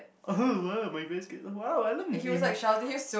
oh !huh! !wow! my best cat oh !wow! I love meme